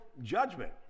judgment